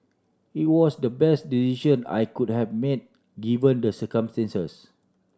it was the best decision I could have made given the circumstances